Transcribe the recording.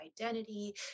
identity